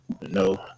No